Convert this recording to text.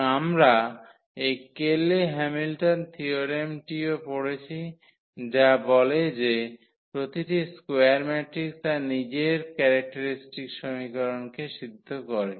এবং আমরা এই কেলে হ্যামিল্টন থিয়োরেমটিও পড়েছি যা বলে যে প্রতিটি স্কোয়ার ম্যাট্রিক্স তার নিজের ক্যারেক্টারিস্টিক সমীকরণকে সিদ্ধ করে